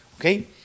Okay